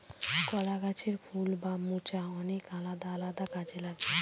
কলা গাছের ফুল বা মোচা অনেক আলাদা আলাদা কাজে লাগে